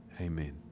Amen